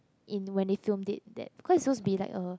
in when they filmed it that cause it's suppose be like a